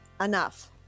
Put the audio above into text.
Enough